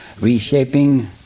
reshaping